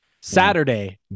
Saturday